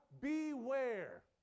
beware